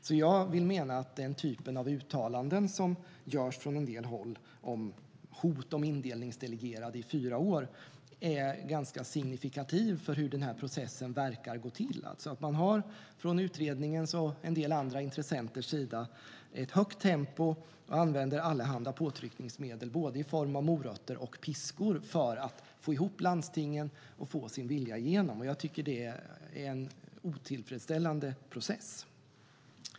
Jag vill alltså mena att den typ av uttalanden som görs från en del håll om hot om indelningsdelegerade i fyra år är ganska signifikativa för hur den här processen verkar gå till. Man har från utredningens och en del andra intressenters sida ett högt tempo och använder allehanda påtryckningsmedel, i form av både morötter och piskor, för att få ihop landstingen och få sin vilja igenom. Jag tycker att det är en otillfredsställande process.